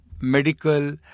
Medical